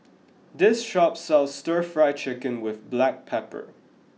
this shop sells stir fry chicken with black pepper